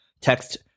Text